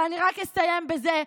אני רק אסיים בזה.